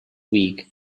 week